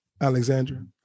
Alexandra